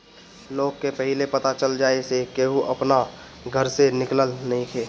लोग के पहिले पता चल जाए से केहू अपना घर से निकलत नइखे